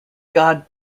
god